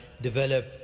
develop